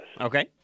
Okay